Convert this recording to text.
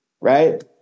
right